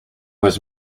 was